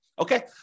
Okay